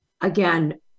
again